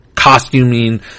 costuming